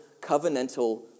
covenantal